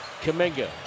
Kaminga